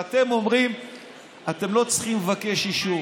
ואתם אומרים שאתם לא צריכים לבקש אישור,